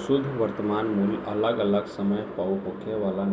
शुद्ध वर्तमान मूल्य अगल अलग समय पअ होखे वाला